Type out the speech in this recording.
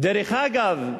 דרך אגב,